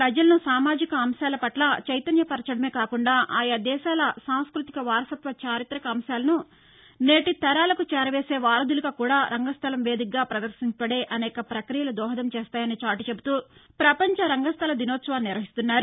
ప్రజలను సామాజిక అంశాల పట్ల చైతన్య పరచదమే కాకుండా ఆయా దేశాల సాంస్కృతిక వారసత్వ చారిత్రక అంశాలను నేటి తరాలకు చేరవేసే వారధులుగా కూడా రంగస్థలం వేదికగా ప్రదర్శింపబడే అనేక ప్రక్రియలు దోహదం చేస్తాయని చాటిచెబుతూ ప్రపంచ రంగస్థల దినోత్సవాన్ని నిర్వహిస్తున్నారు